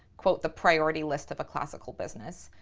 quote the priority list of a classical business.